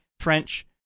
French